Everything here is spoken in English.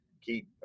keep